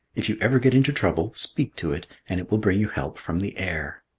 if you ever get into trouble, speak to it and it will bring you help from the air.